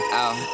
out